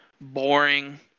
boring